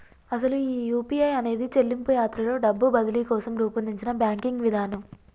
అసలు ఈ యూ.పీ.ఐ అనేది చెల్లింపు యాత్రలో డబ్బు బదిలీ కోసం రూపొందించిన బ్యాంకింగ్ విధానం